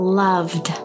loved